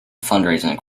fundraising